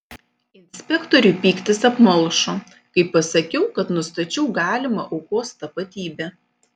inspektoriui pyktis apmalšo kai pasakiau kad nustačiau galimą aukos tapatybę